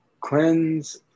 Cleanse